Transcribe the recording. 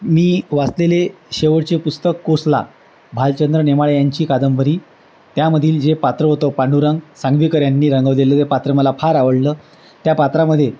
मी वाचलेले शेवटचे पुस्तक कोसला भालचंद्र नेमाडे यांची कादंबरी त्यामधील जे पात्र होतं पांडुरंग सांगवीकर यांनी रंगवलेलं ते पात्र मला फार आवडलं त्या पात्रामध्ये